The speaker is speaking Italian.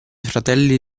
fratelli